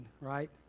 right